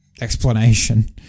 explanation